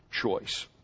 choice